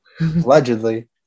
allegedly